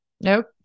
Nope